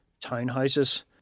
townhouses